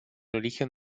origen